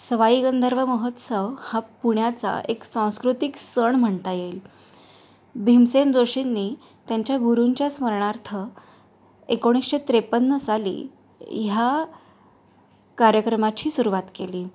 सवाई गंधर्व महोत्सव हा पुण्याचा एक सांस्कृतिक सण म्हणता येईल भीमसेन जोशींनी त्यांच्या गुरूंच्या स्मरणार्थ एकोणीसशे त्रेपन्न साली ह्या कार्यक्रमाची सुरुवात केली